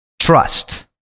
trust